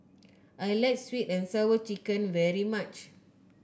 I like sweet and Sour Chicken very much